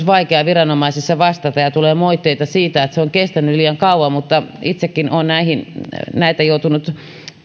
vaikeaa viranomaisessa vastata ja tulee moitteita siitä että on kestänyt liian kauan itsekin olen joutunut